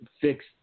fix